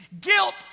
guilt